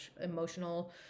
emotional